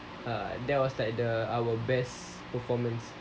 err that was like the our best performance